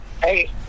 Hey